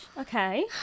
Okay